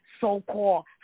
so-called